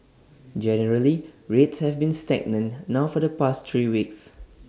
generally rates have been stagnant now for the past three weeks